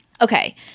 okay